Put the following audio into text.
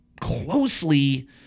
closely